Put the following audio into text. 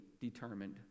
determined